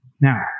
Now